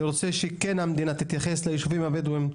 אני רוצה שהמדינה כן תתייחס ליישובים הבדואים,